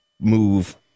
move